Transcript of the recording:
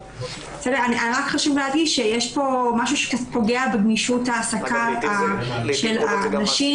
חשוב לומר שיש כאן משהו שפוגע בגמישות העסקה של הנשים